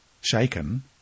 Shaken